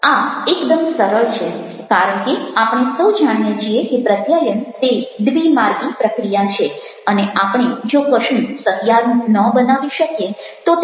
આ એકદમ સરળ છે કારણ કે આપણે સૌ જાણીએ છીએ કે પ્રત્યાયન તે દ્વિમાર્ગી પ્રક્રિયા છે અને આપણે જો કશું સહિયારું ન બનાવી શકીએ તો તે પ્રત્યાયન નથી